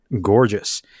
gorgeous